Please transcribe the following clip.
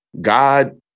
God